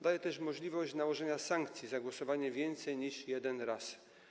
Daje też możliwość nałożenia sankcji za głosowanie więcej razy niż raz.